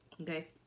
okay